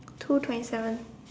two twenty seven